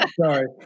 sorry